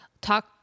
Talk